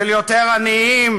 של יותר עניים,